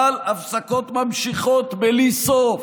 אבל ההפסקות ממשיכות בלי סוף,